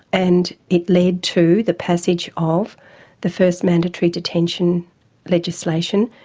and it led to the passage of the first mandatory detention legislation,